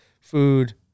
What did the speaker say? food